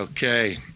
Okay